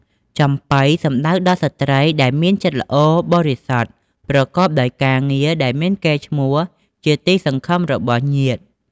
ចំប៉ី សំដៅដល់ស្រ្តីដែលមានចិត្តល្អបរិសុទ្ធ ប្រកបកាងារដែលមានកេរ្តិ៍ឈ្មោះជាទីសង្ឃឹមរបស់ញាតិ។